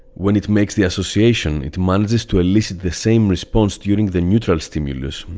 when it makes the association, it manages to elicit the same response during the neutral stimulus,